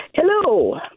Hello